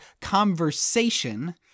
conversation